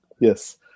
Yes